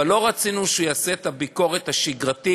אבל לא רצינו שהוא יעשה את הביקורת השגרתית,